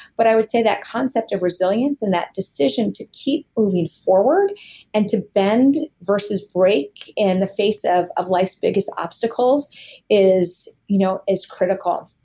but i would say that concept of resilience and that decision to keep moving forward and to bend versus break in the face of of life's biggest obstacles is you know is critical.